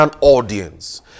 audience